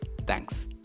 thanks